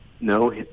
No